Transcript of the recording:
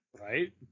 right